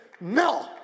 no